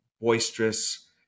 boisterous